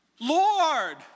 Lord